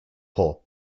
poor